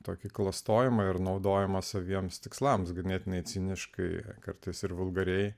tokį klastojimą ir naudojama saviems tikslams ganėtinai ciniškai kartais ir vulgariai